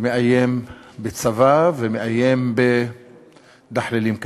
ומאיים בצבא ומאיים בדחלילים כאלה.